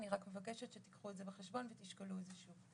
אני רק מבקשת שתיקחו את זה בחשבון ותשקלו את זה שוב.